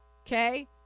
Okay